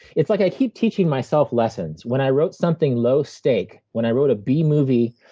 it's like i keep teaching myself lessons. when i wrote something low stake, when i wrote a b movie,